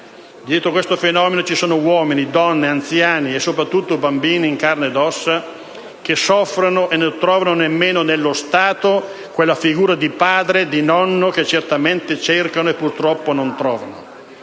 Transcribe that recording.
Dietro a questo fenomeno ci sono uomini, donne, anziani e - soprattutto - bambini in carne ed ossa che soffrono e non trovano nemmeno nello Stato quella figura di padre e di nonno che certamente cercano e purtroppo non trovano.